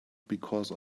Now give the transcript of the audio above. because